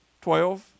Twelve